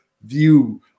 view